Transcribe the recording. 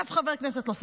אף חבר כנסת לא ספג,